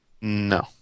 no